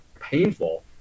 painful